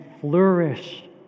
flourish